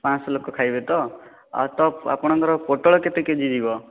ପାଞ୍ଚଶହ ଲୋକ ଖାଇବେ ତ ହଁ ତ ଆପଣଙ୍କର ପୋଟଳ କେତେ କେଜି ଯିବ